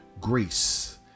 Grace